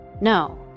No